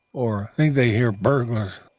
or think they hear burglars.